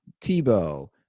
tebow